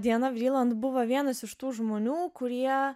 diana vriland buvo vienas iš tų žmonių kurie